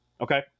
okay